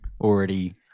already